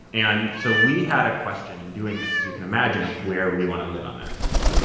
and so we had a question in doing this, as you can imagine, of where we want to live on that spectrum.